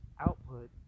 Output